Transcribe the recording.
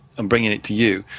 and bringing it to you.